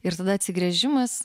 ir tada atsigręžimas